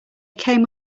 came